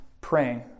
praying